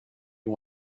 you